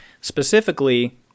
specifically